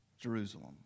Jerusalem